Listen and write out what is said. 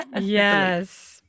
yes